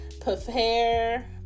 prepare